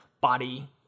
body